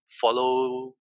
follow